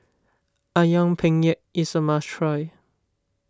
Ayam Penyet is a must try